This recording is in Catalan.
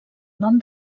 nom